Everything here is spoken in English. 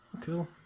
Cool